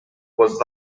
was